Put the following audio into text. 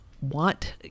want